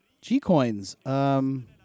G-Coins